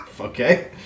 Okay